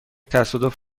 تصادف